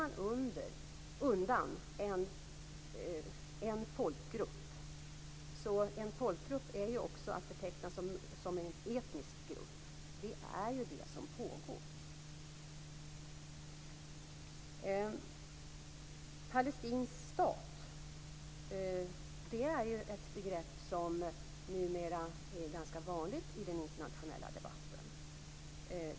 Det som pågår är en undanträngning av en folkgrupp, dvs. en etnisk grupp. En palestinsk stat är ett begrepp som numera är vanligt i den internationella debatten.